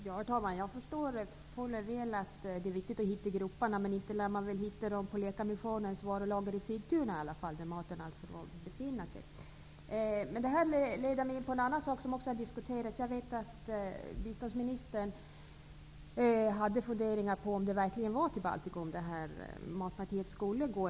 Herr talman! Jag förstår fuller väl att det är viktigt att hitta grupperna, men inte lär man hitta dem på Läkarmissionens varulager i Sigtuna. Det är alltså där maten finns. Det här leder mig in på en annan sak som också har diskuterats. Jag vet att biståndsministern funderade över om det verkligen var till Baltikum det här matpartiet skulle gå.